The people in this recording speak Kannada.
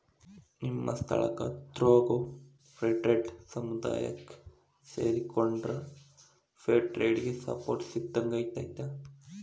ನಿಮ್ಮ ಸ್ಥಳಕ್ಕ ಹತ್ರಾಗೋ ಫೇರ್ಟ್ರೇಡ್ ಸಮುದಾಯಕ್ಕ ಸೇರಿಕೊಂಡ್ರ ಫೇರ್ ಟ್ರೇಡಿಗೆ ಸಪೋರ್ಟ್ ಸಿಕ್ಕಂಗಾಕ್ಕೆತಿ